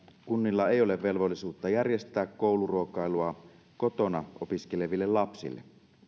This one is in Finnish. kunnilla ei ole velvollisuutta järjestää kouluruokailua kotona opiskeleville lapsille